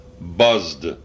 buzzed